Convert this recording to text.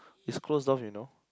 is close door you know